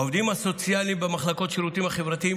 העובדים הסוציאליים במחלקות לשירותים החברתיים